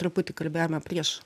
truputį kalbėjome prieš